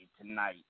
tonight